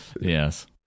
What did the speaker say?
Yes